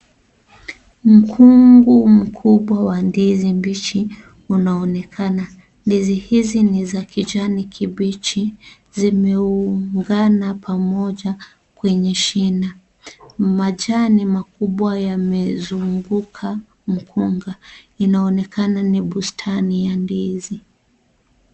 Mkungu mkubwa wa ndizi mbichi unaonekana. Ndizi hizi ni za kijani kibichi zimeungana pamoja kwenye shina. Majani makubwa yamezunguka mkungu, inaonekana ni bustani ya ndizi.